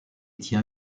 tient